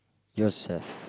yes sir